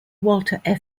walter